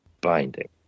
binding